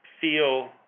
feel